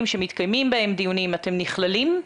שמתקיימים בהם דיונים אתם נכללים?